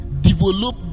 Develop